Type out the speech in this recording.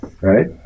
Right